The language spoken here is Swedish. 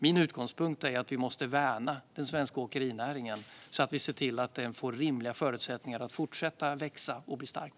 Min utgångspunkt är att vi måste värna den svenska åkerinäringen så att den får rimliga förutsättningar att fortsätta att växa och bli stark.